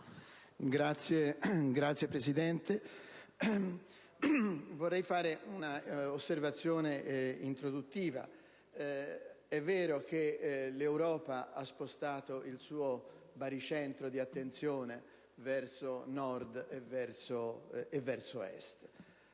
Signora Presidente, vorrei fare un'osservazione introduttiva. È vero che l'Europa ha spostato il suo baricentro di attenzione verso Nord ed Est;